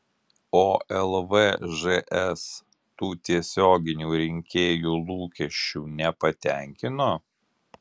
o lvžs tų tiesioginių rinkėjų lūkesčių nepatenkino